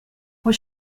what